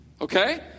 Okay